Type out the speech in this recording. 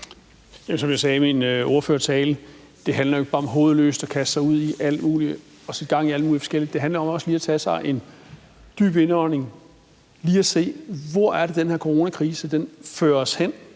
Som jeg sagde i min ordførertale, handler det jo ikke om bare hovedløst at kaste sig ud i at sætte gang i alt mulig forskelligt. Det handler også om lige at tage en dyb indånding og se, hvor den her coronakrise helt